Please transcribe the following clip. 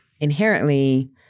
inherently